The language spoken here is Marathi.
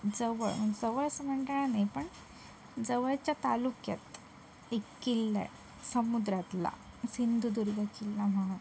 जवळ जवळ असं म्हणता येणार नाही पण जवळच्या तालुक्यात एक किल्ला आहे समुद्रातला सिंधुदुर्ग किल्ला म्हणून